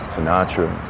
Sinatra